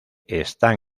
están